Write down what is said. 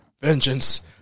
vengeance